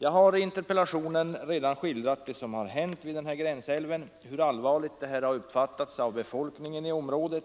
Jag har i interpellationen redan skildrat vad som har hänt vid denna gränsälv och talat om hur allvarligt detta har uppfattats av befolkningen i området.